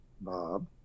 bob